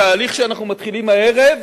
התהליך שאנחנו מתחילים הערב